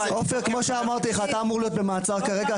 עופר, כמו שאמרתי לך, אתה אמור להיות במעצר כרגע.